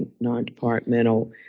non-departmental